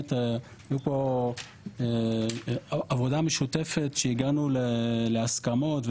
באמת הייתה פה עבודה משותפת שהגענו להסכמות,